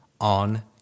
on